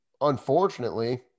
unfortunately